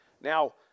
Now